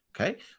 Okay